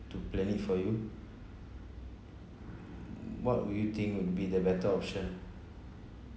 to plan it for you what would you think would be the better option